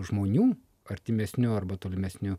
žmonių artimesnių arba tolimesnių